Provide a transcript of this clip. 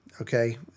okay